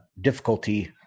difficulty